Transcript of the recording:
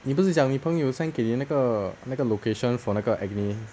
你不是讲你朋友 send 给你那个那个 location for 那个 acne